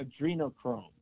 adrenochrome